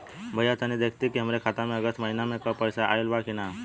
भईया तनि देखती की हमरे खाता मे अगस्त महीना में क पैसा आईल बा की ना?